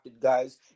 guys